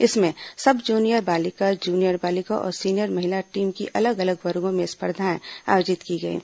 इसमें सब जूनियर बालिका जूनियर बालिका और सीनियर महिला टीम की अलग अलग वर्गों में स्पर्धाएं आयोजित की गईं